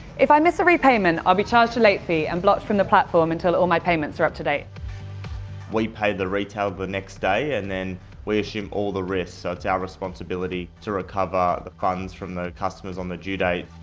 if i miss a repayment, i'll be charged a late fee and blocked from the platform until my payments are up to date. we pay the retailer the next day and then we assume all the risk, so it's our responsibility to recover the funds from the customer on the due date.